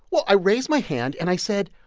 well, i raised my hand, and i said,